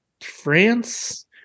France